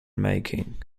making